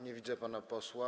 Nie widzę pana posła.